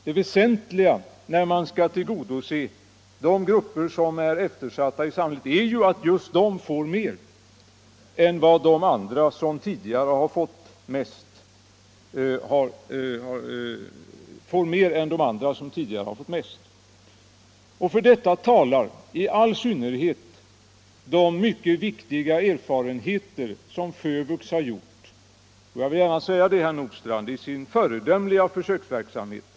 Det väsentliga när man skall tillgodose behovet hos de grupperna som är eftersatta i samhället är ju att de får mer än de andra, de som tidigare har fått mest. För detta talar i all synnerhet de mycket viktiga erfarenheter som FÖVUX har gjort — jag vill gärna säga detta, herr Nordstrandh — i sin föredömliga försöksverksamhet.